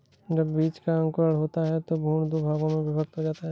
जब बीज का अंकुरण होता है तो भ्रूण दो भागों में विभक्त हो जाता है